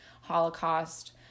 holocaust